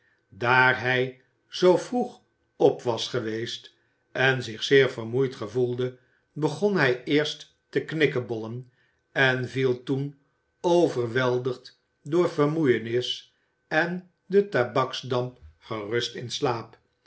daar hij zoo vroeg op was geweest en zich zeer vermoeid gevoelde begon hij eerst te knikkebollen en viel toen overweldigd door vermoeienis en den tabaksdamp gerust in slaap